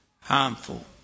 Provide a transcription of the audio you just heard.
harmful